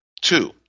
Two